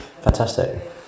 Fantastic